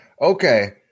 okay